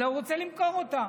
אלא כי הוא רוצה למכור אותה.